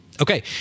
Okay